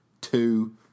Two